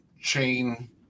chain